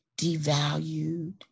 devalued